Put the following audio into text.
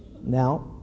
Now